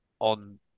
on